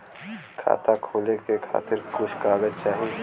खाता खोले के खातिर कुछ कागज चाही?